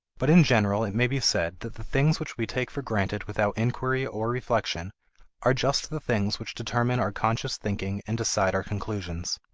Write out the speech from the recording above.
but in general it may be said that the things which we take for granted without inquiry or reflection are just the things which determine our conscious thinking and decide our conclusions.